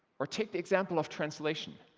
or take the example of translation.